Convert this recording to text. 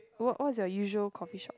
what what's your usual coffee shop